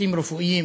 וצוותים רפואיים